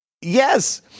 Yes